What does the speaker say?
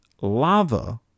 lava